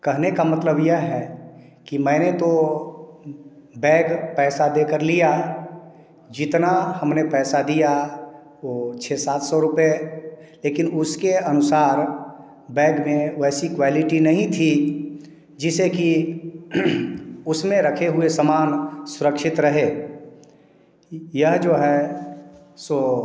कहने का मतलब यह है कि मैंने तो बैग पैसा देकर लिया जितना हमने पैसा दिया वो छः सात सौ रुपए लेकिन उसके अनुसार बैग में वैसी क्वालिटी नहीं थी जिसे कि उसमें रखे हुए समान सुरक्षित रहे यह जो है सो